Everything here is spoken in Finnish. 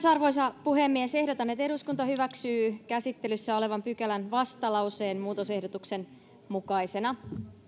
arvoisa puhemies ehdotan että eduskunta hyväksyy käsittelyssä olevan pykälän vastalauseen muutosehdotuksen mukaisena